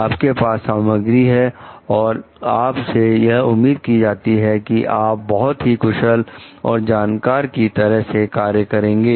आपके पास सामग्री है और आप से यह उम्मीद की जाती है कि आप बहुत ही कुशल और जानकार की तरह से कार्य करेंगे